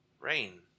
rain